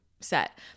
set